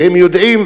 והם יודעים,